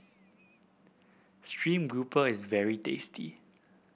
stream grouper is very tasty